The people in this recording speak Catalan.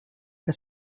que